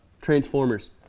Transformers